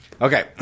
Okay